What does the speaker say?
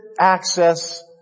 access